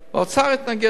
האוצר התנגד לזה.